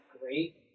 great